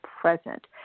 present